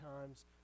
times